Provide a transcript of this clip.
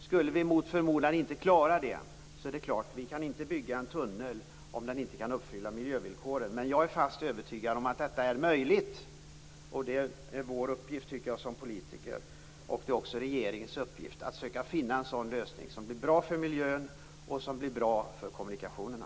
Om vi mot förmodan inte skulle klara det, kan vi naturligtvis inte bygga en tunnel som inte uppfyller miljövillkoren. Men jag är fast övertygad om att det är möjligt. Det är vår uppgift som politiker och också regeringens uppgift att försöka att finna en lösning som blir bra för miljön och för kommunikationerna.